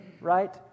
right